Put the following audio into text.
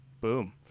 boom